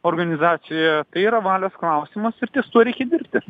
organizacijoje tai yra valios klausimas ir ties tuo reikia dirbti